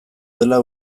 dela